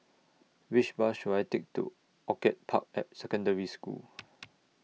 Which Bus should I Take to Orchid Park Secondary School